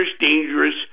dangerous